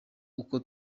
uko